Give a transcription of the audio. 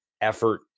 effort